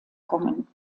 kommen